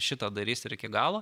šitą darys ir iki galo